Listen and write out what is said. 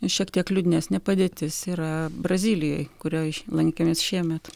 šiek tiek liūdnesnė padėtis yra brazilijoj kurioj lankėmės šiemet